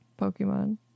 Pokemon